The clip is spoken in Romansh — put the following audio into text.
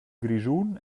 grischun